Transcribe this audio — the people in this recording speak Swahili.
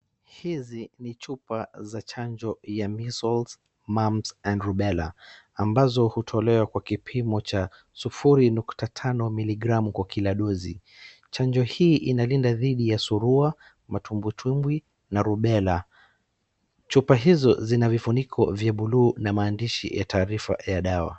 Hizi ni chupa za chanjo ya measles, mumps and Rubbella ambazo hutolewa kwa kipimo cha sufuri nukta tano miligramu kwa kila dozi. Chanjo hii inalinda dhidi ya surua, matumbutumbwi na rubela. Chupa hizo zina vifuniko vya bluu na maandishi ya taarifa ya dawa.